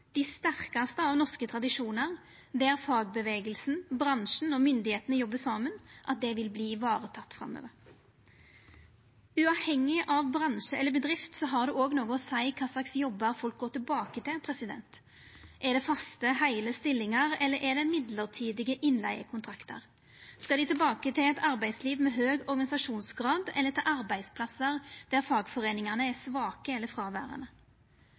dei sterkaste av norske tradisjonar, der fagrørsla, bransjen og myndigheitene jobbar saman, vil takast vare på framover. Uavhengig av bransje eller bedrift har det òg noko å seia kva slags jobbar folk går tilbake til. Er det faste, heile stillingar, eller er det midlertidige innleigekontraktar? Skal dei tilbake til eit arbeidsliv med høg organisasjonsgrad, eller til arbeidsplassar der fagforeiningane er svake eller fråverande?